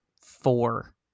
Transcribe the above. four